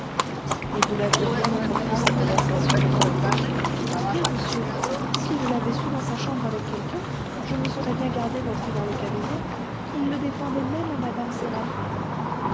et vous n'aviez rien entendu de sa conversation rien monsieur si je l'avais su dans sa chambre avec quelqu'un je me serais bien gardée d'entrer dans le cabinet il le défendait même à mme séraphin